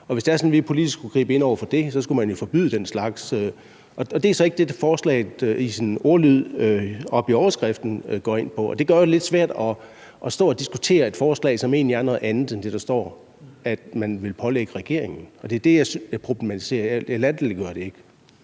gribe politisk ind over for det, så skulle man jo forbyde den slags, og det er så ikke det, forslaget i sin ordlyd i overskriften går ud på. Det er jo lidt svært at stå og diskutere et forslag, som egentlig er noget andet end det, som der står at man vil pålægge regeringen. Det er det, jeg problematiserer; jeg latterliggør det ikke.